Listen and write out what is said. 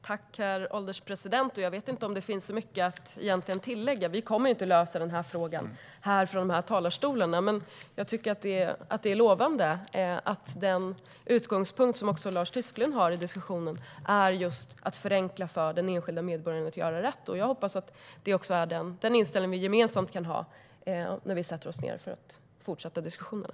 Herr ålderspresident! Jag vet inte om det finns så mycket att tillägga. Vi kommer inte att lösa frågan från talarstolarna. Jag tycker att det är lovande att den utgångspunkt som också Lars Tysklind har i diskussionen är just att förenkla för den enskilda medborgaren att göra rätt. Jag hoppas att det är den inställning vi gemensamt kan ha när vi sätter oss ned för att fortsätta med diskussionerna.